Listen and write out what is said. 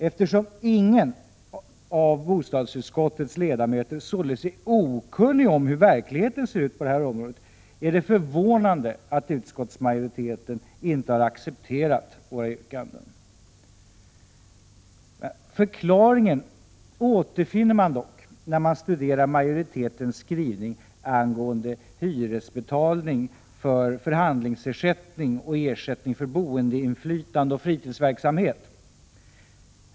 Eftersom ingen av bostadsutskottets ledamöter således är okunnig om hur verkligheten ser ut på detta område är det förvånande att utskottsmajoriteten inte har accepterat våra yrkanden. Förklaringen återfinner man dock när man studerar majoritetens skrivning angående hyresbetalning av förhandlingsersättning och ersättning för boinflytande och fritidsverksamhet.